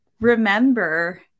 remember